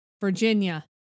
Virginia